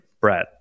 Brett